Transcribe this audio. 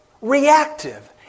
reactive